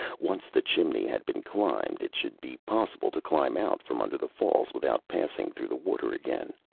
once the chimney had been climbed, it should be possible to climb out from under the falls without passing through the water again.